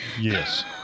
Yes